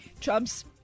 Trump's